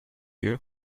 you